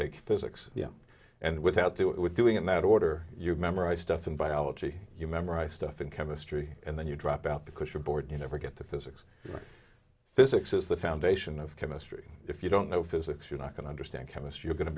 take physics and without that we're doing in that order you memorize stuff in biology you memorize stuff in chemistry and then you drop out because you're bored you never get to physics or physics is the foundation of chemistry if you don't know physics you're not going to understand chemistry we're going to